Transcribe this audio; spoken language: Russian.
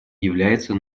является